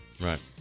Right